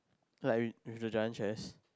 like we we the chance as